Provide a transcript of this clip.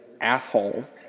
assholes